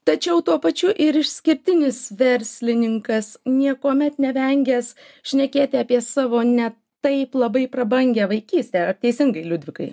tačiau tuo pačiu ir išskirtinis verslininkas niekuomet nevengęs šnekėti apie savo ne taip labai prabangią vaikystę ar teisingai liudvikai